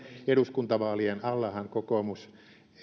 eduskuntavaalien allahan kokoomus